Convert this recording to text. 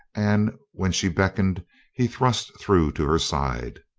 and when she beckoned he thrust through to her side.